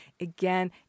again